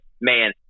man